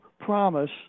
promise